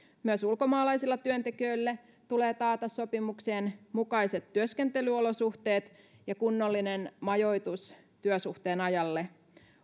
myös ulkomaalaisille työntekijöille tulee taata sopimuksien mukaiset työskentelyolosuhteet ja kunnollinen majoitus työsuhteen ajalle